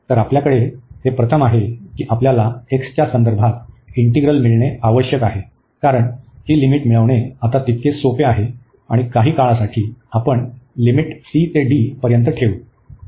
तर आपल्याकडे हे प्रथम आहे की आपल्याला x च्या संदर्भात इंटीग्रल मिळणे आवश्यक आहे कारण ही लिमिट मिळवणे आता तितके सोपे आहे आणि काही काळासाठी आपण लिमिट c ते d पर्यंत ठेवू